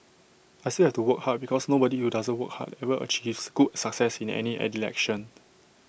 I still have to work hard because nobody who doesn't work hard ever achieves good success in any election